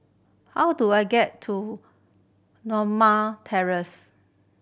how do I get to Norma Terrace